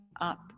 up